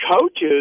coaches